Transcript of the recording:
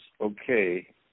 okay